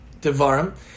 Devarim